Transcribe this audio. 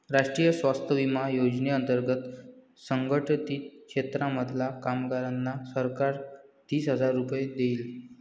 राष्ट्रीय स्वास्थ्य विमा योजने अंतर्गत असंघटित क्षेत्रांमधल्या कामगारांना सरकार तीस हजार रुपये देईल